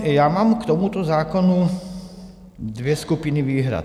Já mám k tomuto zákonu dvě skupiny výhrad.